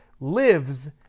lives